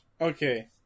Okay